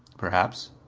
perhaps.